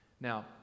Now